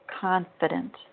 Confident